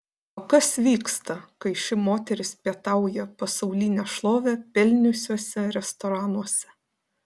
o kas vyksta kai ši moteris pietauja pasaulinę šlovę pelniusiuose restoranuose